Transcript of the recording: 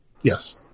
Yes